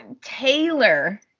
Taylor